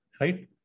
right